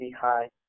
Hi